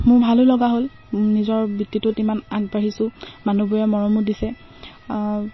মোৰ ভালো লগা হ'ল নিজৰ বৃত্তিটোত ইমান আগবাঢ়িছো মানুহবোৰে মৰমো দিছে